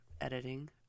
editing